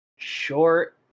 Short